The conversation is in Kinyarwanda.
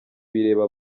bireba